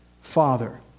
Father